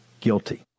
guilty